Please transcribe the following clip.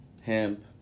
hemp